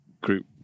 Group